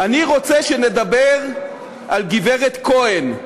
"אני רוצה שנדבר על גברת כהן,